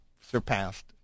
surpassed